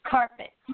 Carpet